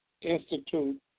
institute